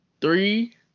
three